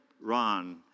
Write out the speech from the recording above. Ron